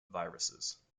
viruses